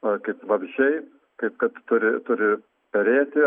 kaip vabzdžiai taip kad turi turi perėti